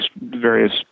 various